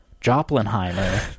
Joplinheimer